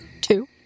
Two